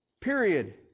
Period